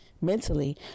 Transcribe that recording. mentally